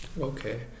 Okay